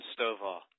Stovall